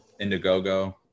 Indiegogo